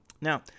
Now